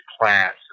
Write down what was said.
class